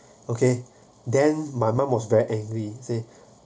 okay then my mum was very angry say